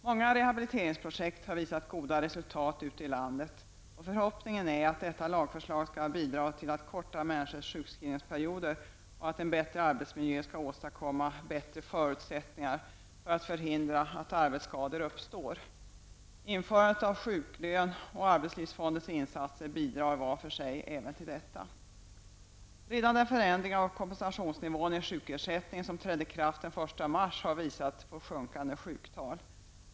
Många rehabiliteringsprojekt har visat goda resultat ute i landet, och förhoppningen är att detta lagförslag skall bidra till att korta människors sjukskrivningsperioder och att en bättre arbetsmiljö skall åstadkomma bättre förutsättningar för att förhindra att arbetsskador uppstår. Införandet av sjuklön och arbetslivsfondens insatser bidrar också var för sig till detta. Redan den förändring av kompensationsnivån i sjukersättningen som trädde i kraft den 1 mars har visat på sjunkande sjuktal.